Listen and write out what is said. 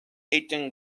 eaten